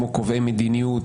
כמו קובעי מדיניות,